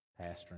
pastoring